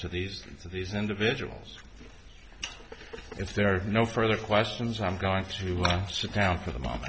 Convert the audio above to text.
to these these individuals if there are no further questions i'm going to sit down for the mo